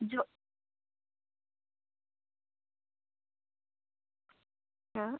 ജോ ആ